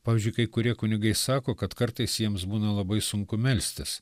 pavyzdžiui kai kurie kunigai sako kad kartais jiems būna labai sunku melstis